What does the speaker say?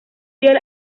fiel